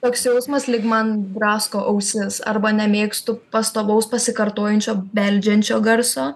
toks jausmas lyg man drasko ausis arba nemėgstu pastovaus pasikartojančio beldžiančio garso